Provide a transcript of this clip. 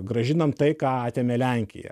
grąžinam tai ką atėmė lenkija